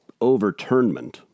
overturnment